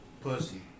pussy